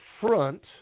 front